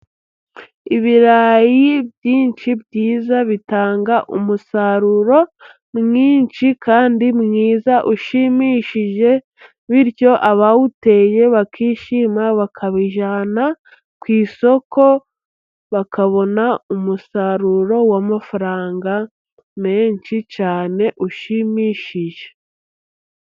Ibirayi byinshi byiza bitanga umusaruro mwinshi, kandi mwiza ushimishije, bityo abawuteye bakishima bakabijyana ku isoko, bakabona umusaruro w'amafaranga menshi cyane ushimishije.